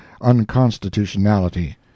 unconstitutionality